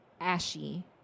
ashy